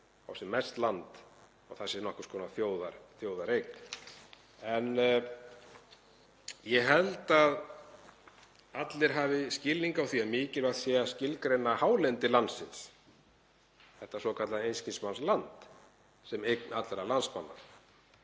á sem mest land, það sé nokkurs konar þjóðareign. Ég held að allir hafi skilning á því að mikilvægt sé að skilgreina hálendi landsins, þetta svokallaða einskismannsland, sem eign allra landsmanna